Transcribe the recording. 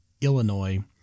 Illinois